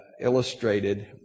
illustrated